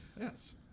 Yes